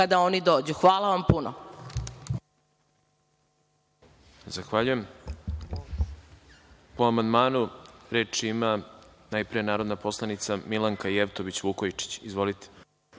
kada oni dođu. Hvala vam puno.